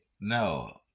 No